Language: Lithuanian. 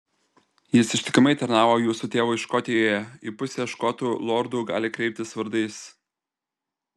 jis ištikimai tarnavo jūsų tėvui škotijoje į pusę škotų lordų gali kreiptis vardais